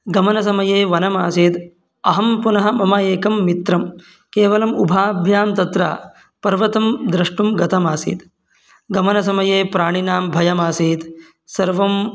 गमनसमये वनम् आसीत् अहं पुनः मम एकं मित्रं केवलम् उभाभ्यां तत्र पर्वतं द्रष्टुं गतमासीत् गमनसमये प्राणिनां भयमासीत् सर्वं